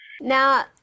Now